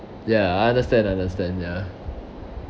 ya I understand understand ya